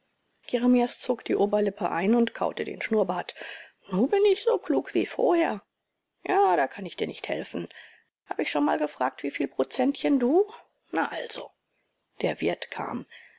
zog die oberlippe ein und kaute den schnurrbart nu bin ich so klug wie vorher ja da kann ich dir nicht helfen hab ich schon mal gefragt wieviel prozentchen du na also der wirt kam